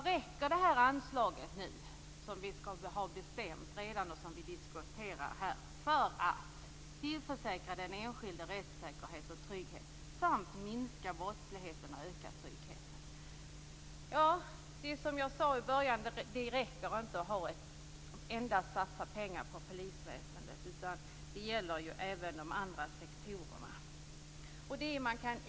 Räcker det anslag som vi diskuterar här för att tillförsäkra den enskilde rättssäkerhet och trygghet samt minska brottsligheten och öka tryggheten? Som jag sade i början räcker det inte att endast satsa pengar på polisväsendet, utan det gäller ju även de andra sektorerna.